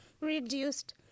reduced